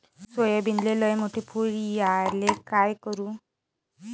सोयाबीनले लयमोठे फुल यायले काय करू?